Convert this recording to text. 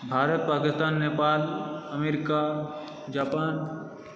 Bharat Pakistan Nepal America Japan